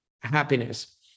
happiness